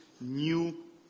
new